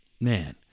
Man